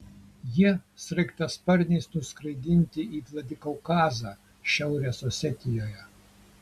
jie sraigtasparniais nuskraidinti į vladikaukazą šiaurės osetijoje